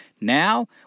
Now